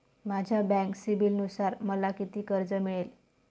माझ्या बँक सिबिलनुसार मला किती कर्ज मिळेल?